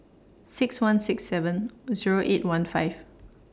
six one six seven Zero eight one five